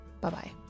Bye-bye